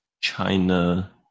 China